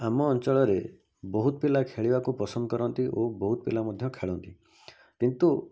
ଆମ ଅଞ୍ଚଳରେ ବହୁତ ପିଲା ଖେଳିବାକୁ ପସନ୍ଦ କରନ୍ତି ଓ ବହୁତ ପିଲା ମଧ୍ୟ ଖେଳନ୍ତି କିନ୍ତୁ